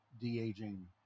De-aging